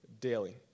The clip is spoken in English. daily